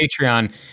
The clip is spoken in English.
Patreon